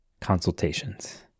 consultations